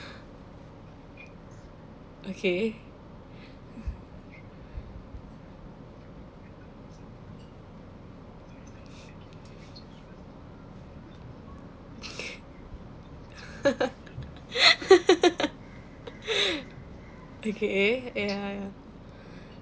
okay okay ya ya